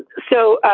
so,